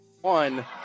One